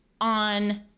on